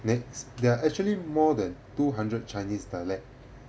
next there are actually more than two hundred chinese dialect